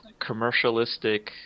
commercialistic